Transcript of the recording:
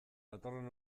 datorren